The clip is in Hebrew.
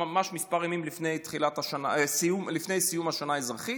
ממש כמה ימים לפני סיום השנה האזרחית,